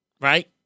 Right